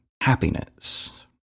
happiness